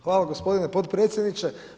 Hvala gospodine potpredsjedniče.